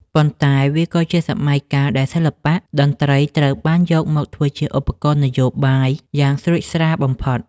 ប៉ុន្តែវាក៏ជាសម័យកាលដែលសិល្បៈតន្ត្រីត្រូវបានយកមកធ្វើជាឧបករណ៍នយោបាយយ៉ាងស្រួចស្រាលបំផុត។